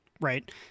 right